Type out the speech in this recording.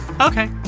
Okay